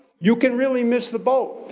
you can really miss the boat.